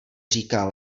říká